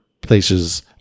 places